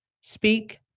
Speak